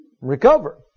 recover